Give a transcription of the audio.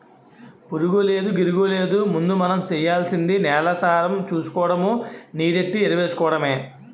పురుగూలేదు, గిరుగూలేదు ముందు మనం సెయ్యాల్సింది నేలసారం సూసుకోడము, నీరెట్టి ఎరువేసుకోడమే